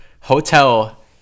hotel